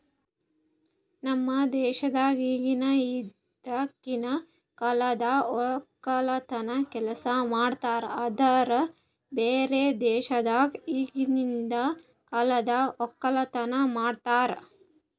ನಮ್ ದೇಶದಾಗ್ ಇಗನು ಹಿಂದಕಿನ ಕಾಲದ್ ಒಕ್ಕಲತನದ್ ಕೆಲಸ ಮಾಡ್ತಾರ್ ಆದುರ್ ಬ್ಯಾರೆ ದೇಶದಾಗ್ ಈಗಿಂದ್ ಕಾಲದ್ ಒಕ್ಕಲತನ ಮಾಡ್ತಾರ್